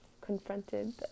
confronted